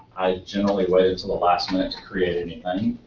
i generally wait until the last minute to create anything.